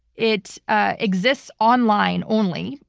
it ah exists online only.